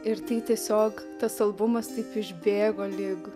ir tai tiesiog tas albumas taip išbėgo lyg